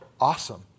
awesome